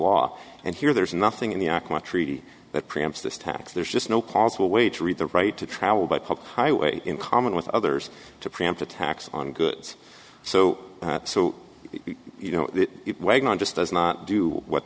law and here there's nothing in the treaty that preempts this tax there's just no possible way to read the right to travel by public highway in common with others to preempt a tax on goods so so you know it just does not do what